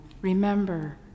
remember